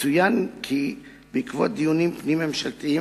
יצוין כי בעקבות דיונים פנים-ממשלתיים